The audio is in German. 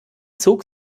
zog